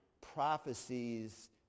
prophecies